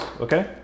okay